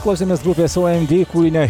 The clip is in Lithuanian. klausėmės grupės ou em di kūrinio